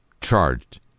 charged